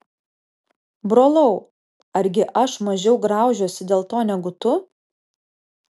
brolau argi aš mažiau graužiuosi dėl to negu tu